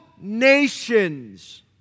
nations